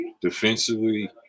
defensively